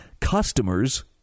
customers